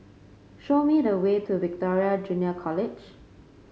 show me the way to Victoria Junior College